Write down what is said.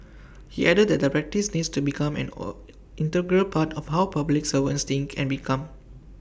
he added that the practice needs to become an all integral part of how public servants think and become